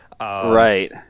right